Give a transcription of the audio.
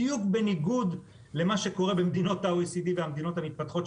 בדיוק בניגוד למה שקורה במדינות ה-OECD והמדינות המתפתחות,